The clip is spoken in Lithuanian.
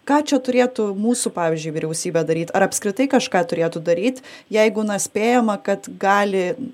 ką čia turėtų mūsų pavyzdžiui vyriausybė daryt ar apskritai kažką turėtų daryt jeigu na spėjama kad gali